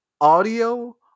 audio